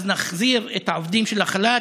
אז נחזיר את העובדים של החל"ת?